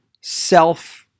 self